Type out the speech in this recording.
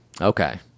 Okay